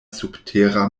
subtera